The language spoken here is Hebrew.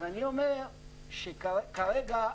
כרגע,